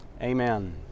Amen